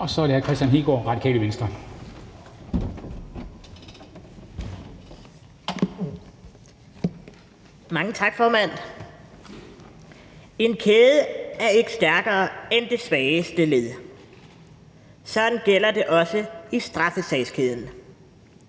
16:18 (Ordfører) Kristian Hegaard (RV): Mange tak, formand. En kæde er ikke stærkere end det svageste led. Sådan gælder det også i straffesagskæden.